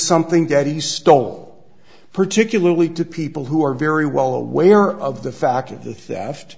something that he stole particularly to people who are very well aware of the fact of the theft